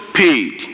paid